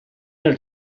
dal